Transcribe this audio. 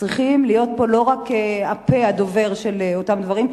צריכים להיות פה לא רק הפה הדובר של אותם דברים,